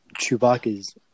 Chewbacca's